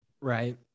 Right